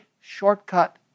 shortcut